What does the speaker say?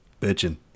Bitching